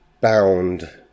bound